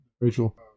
Rachel